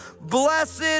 Blessed